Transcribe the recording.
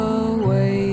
away